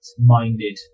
minded